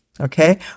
Okay